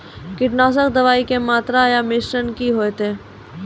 कीटनासक दवाई के मात्रा या मिश्रण की हेते?